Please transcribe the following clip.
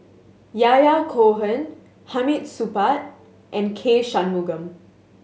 Yahya Cohen Hamid Supaat and K Shanmugam